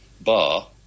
Bar